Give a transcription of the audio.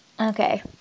Okay